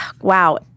wow